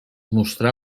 mostra